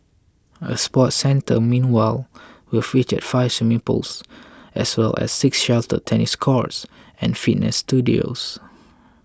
a sports centre meanwhile will feature five swimming pools as well as six sheltered tennis courts and fitness studios